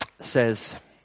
says